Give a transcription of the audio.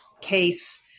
case